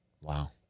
Wow